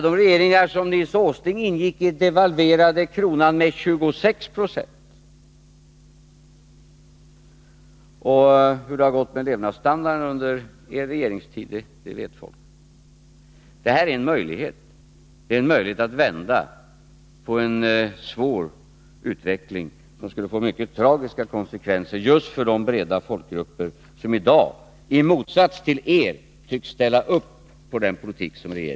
De regeringar som Nils Åsling ingick i devalverade kronan med 26 26. Och hur